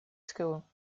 school